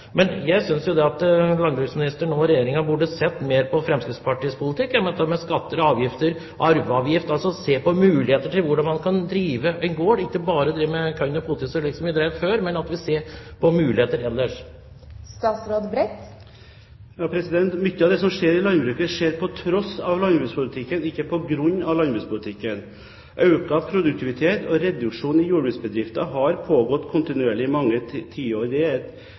Men jeg synes jo at landbruksministeren og Regjeringen burde sett mer på Fremskrittspartiets politikk – se på dette med skatter og avgifter, arveavgift, altså se på muligheter for hvordan man kan drive en gård, og ikke bare drive med korn og poteter, slik man drev med før, men se på muligheter ellers. Mye av det som skjer i landbruket, skjer på tross av landbrukspolitikken, ikke på grunn av landbrukspolitikken. Økt produktivitet og reduksjon i jordbruksbedrifter har pågått kontinuerlig i mange tiår